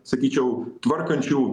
sakyčiau tvarkančių